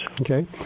Okay